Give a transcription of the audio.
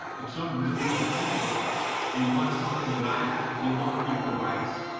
if someone, this group of people that they want something that i have. they want equal rights.